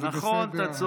זה בסדר.